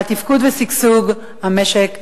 על תפקוד ושגשוג המשק הישראלי.